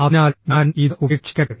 അതിനാൽ ഞാൻ ഇത് ഉപേക്ഷിക്കട്ടെ